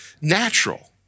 natural